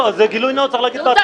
לא, זה גילוי נאות, צריך להגיד בהתחלה.